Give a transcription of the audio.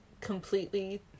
completely